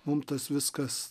mum tas viskas